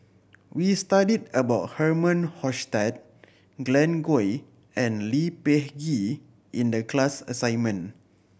we studied about Herman Hochstadt Glen Goei and Lee Peh Gee in the class assignment